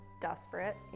desperate